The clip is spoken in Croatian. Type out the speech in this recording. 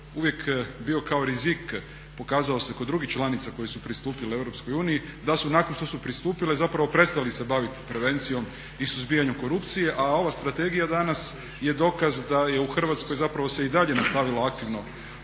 uvijek bio kao rizik pokazao se kod drugih članica koje su pristupile EU da su nakon što su pristupile zapravo prestali se baviti prevencijom i suzbijanjem korupcije. A ova Strategija danas je dokaz da je u Hrvatskoj zapravo se i dalje nastavilo aktivno boriti